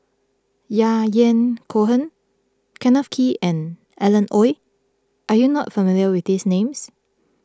Yahya Cohen Kenneth Kee and Alan Oei Are you not familiar with these names